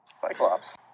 Cyclops